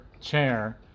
chair